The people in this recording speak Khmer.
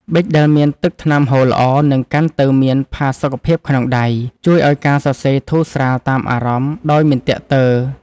ប៊ិចដែលមានទឹកថ្នាំហូរល្អ និងកាន់ទៅមានផាសុកភាពក្នុងដៃ ជួយឱ្យការសរសេរធូរស្រាលតាមអារម្មណ៍ដោយមិនទាក់ទើ។